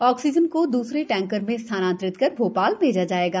oxygen को दूसरे tanker में स्थानातरित कर भोपाल भेजा जाएगा